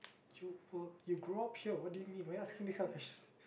you you grew up here what do you mean why are you asking this type of question